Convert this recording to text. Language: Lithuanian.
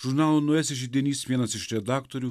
žurnalo naujasis židinys vienas iš redaktorių